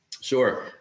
sure